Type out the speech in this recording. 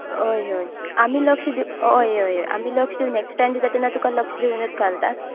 होय होय आमी लक्ष दिव होय होय आमी लक्ष नेक्स्ट टायम येता तेन्ना तुका लक्ष दिवन घालतात